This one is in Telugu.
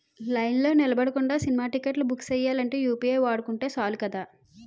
లైన్లో నిలబడకుండా సినిమా టిక్కెట్లు బుక్ సెయ్యాలంటే యూ.పి.ఐ వాడుకుంటే సాలు కదా